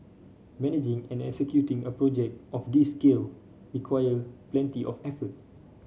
managing and executing a project of this scale required plenty of effort